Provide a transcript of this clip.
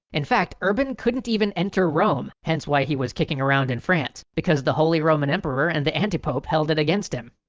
in fact urban couldn't even enter rome. hence why he was kicking around in france because the holy roman emperor and the antipope held it against him.